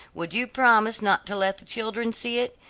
would you promise not to let the children see it.